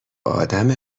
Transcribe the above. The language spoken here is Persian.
آدم